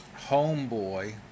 homeboy